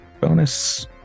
bonus